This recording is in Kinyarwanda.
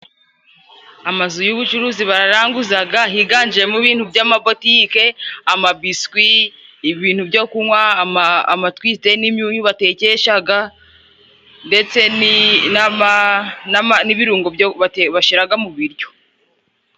Amazu y'ubucuruzi, bararanguza, higanjemo ibintu by'amabotike, amabiswi, ibintu byo kunywa, amatwiste, n'imyunyu batekesha, ndetse n'ibirungo bashyira mu biryo.